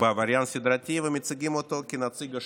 בעבריין סדרתי, ומציגים אותו כנציג השקופים,